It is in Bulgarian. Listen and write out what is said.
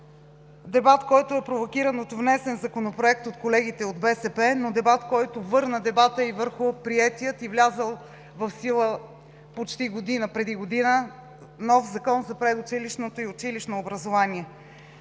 Дебат, който е провокиран от внесен Законопроект от колегите от БСП, но дебат, който върна дебата и върху приетия и влязъл в сила почти преди година нов Закон за предучилищното и училищното образование.